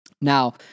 Now